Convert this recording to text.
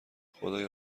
خدایا